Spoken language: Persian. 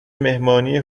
مهمانی